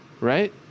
Right